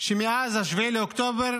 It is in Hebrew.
שמאז 7 באוקטובר